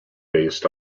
based